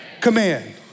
Command